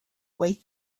wait